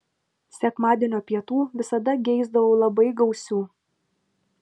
sekmadienio pietų visada geisdavau labai gausių